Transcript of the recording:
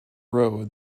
road